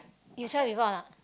you try before ah